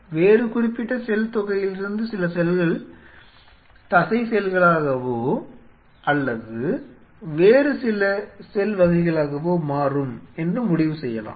வேறு குறிப்பிட்ட செல் தொகையிலிருந்து சில செல்கள் தசை செல்களாகவோ ள் அல்லது வேறு சில செல் வகைகளாகவோ மாறும் என்று முடிவு செய்யலாம்